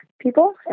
people